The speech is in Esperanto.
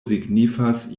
signifas